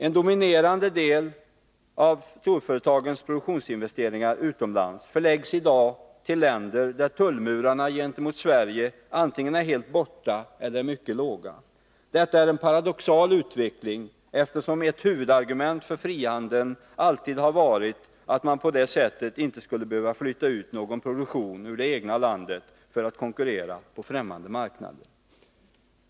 En dominerande del av storföretagens produktionsinvesteringar utomlands förläggs i dag till länder där tullmurarna gentemot Sverige antingen är helt borta eller är mycket låga. Detta är en paradoxal utveckling, eftersom ett huvudargument för att ha frihandel alltid har varit att man på det sättet inte skulle behöva flytta ut någon produktion ur det egna landet för att kunna konkurrera på främmande marknader.